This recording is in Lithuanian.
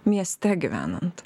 mieste gyvenant